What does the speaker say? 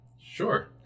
Sure